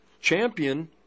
champion